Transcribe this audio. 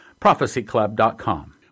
Prophecyclub.com